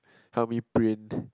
help me printers